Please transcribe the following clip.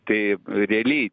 tai realiai